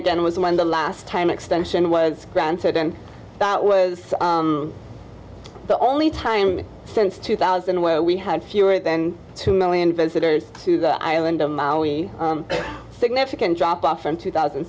again was when the last time extension was granted and that was the only time since two thousand where we had fewer than two million visitors to the island of maui a significant drop off in two thousand